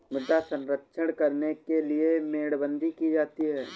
मृदा संरक्षण करने के लिए मेड़बंदी की जाती है